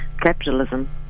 capitalism